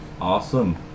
Awesome